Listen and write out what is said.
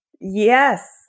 Yes